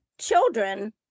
children